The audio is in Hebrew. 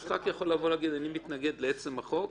אז חבר הכנסת יכול להגיד: אני מתנגד לעצם החוק,